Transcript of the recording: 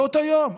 באותו יום.